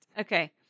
Okay